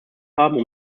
haben